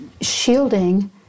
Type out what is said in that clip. shielding